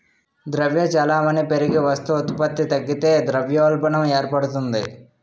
ద్రవ్య చలామణి పెరిగి వస్తు ఉత్పత్తి తగ్గితే ద్రవ్యోల్బణం ఏర్పడుతుంది